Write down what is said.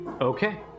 Okay